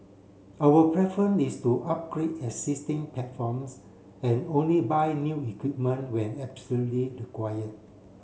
our preference is to upgrade existing platforms and only buy new equipment when absolutely require